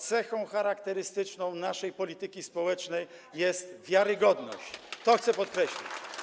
Cechą charakterystyczną naszej polityki społecznej jest wiarygodność, chcę to podkreślić.